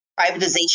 privatization